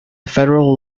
federal